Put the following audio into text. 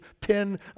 pin